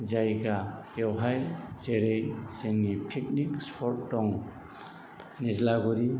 जायगा बेवहाय जेरै जोंनि पिकनिक स्पट दं निज्लागुरि